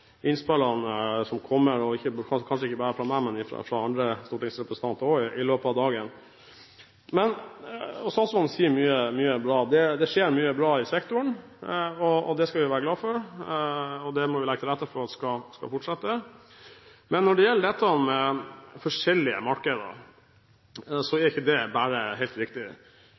innspillene som kommer – kanskje ikke bare fra meg, men også fra andre stortingsrepresentanter – i løpet av dagen. Statsråden sier mye bra, og det skjer mye bra i sektoren. Det skal vi være glad for, og vi må legge til rette for at det skal fortsette. Men når det gjelder det med forskjellige markeder, er ikke alt helt riktig.